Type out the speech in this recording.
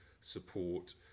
support